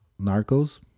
Narcos